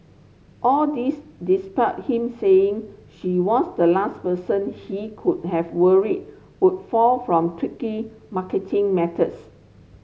all this despite him saying she was the last person he could have worried would fall from tricky marketing methods